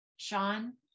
Sean